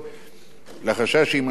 לחשש שיימצאו להם יורשים.